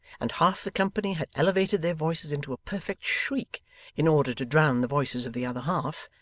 and half the company had elevated their voices into a perfect shriek in order to drown the voices of the other half,